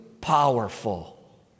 powerful